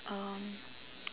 um